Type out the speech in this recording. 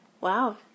Wow